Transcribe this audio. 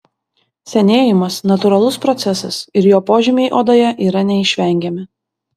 senėjimas natūralus procesas ir jo požymiai odoje yra neišvengiami